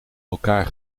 elkaar